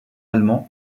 allemand